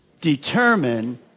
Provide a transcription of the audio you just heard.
determine